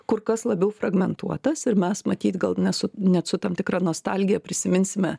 kur kas labiau fragmentuotas ir mes matyt gal ne su net su tam tikra nostalgija prisiminsime